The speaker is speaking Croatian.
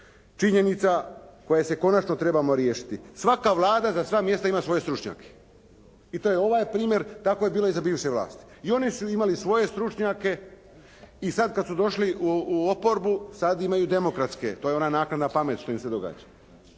činjenica koje se konačno trebamo riješiti. Svaka Vlada za sva mjesta ima svoje stručnjake. I to je ovaj primjer. Tako je bilo i za bivše vlasti. I oni su imali svoje stručnjake i sad kad su došli u oporbu sad imaju demokratske, to je ona naknadna pamet što im se događa.